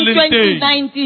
2019